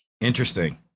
Interesting